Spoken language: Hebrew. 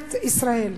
ממשלת ישראל.